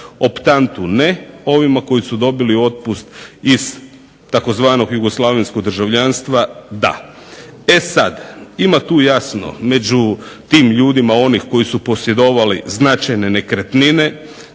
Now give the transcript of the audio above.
Optantu ne, ovima koji su dobili otpust iz tzv. jugoslavenskog državljanstva da. E sad, ima tu jasno među tim ljudima onih koji su posjedovali značajne nekretnine.